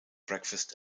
breakfast